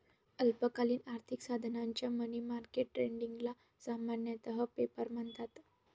अल्पकालीन आर्थिक साधनांच्या मनी मार्केट ट्रेडिंगला सामान्यतः पेपर म्हणतात